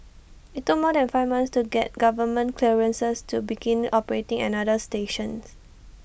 IT took more than five months to get government clearances to begin operating another stations